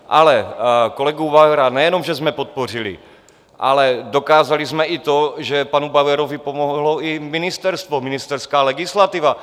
Ale kolegu Bauera nejenom že jsme podpořili, ale dokázali jsme i to, že panu Bauerovi pomohlo i ministerstvo, ministerská legislativa.